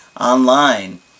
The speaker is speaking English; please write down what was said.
online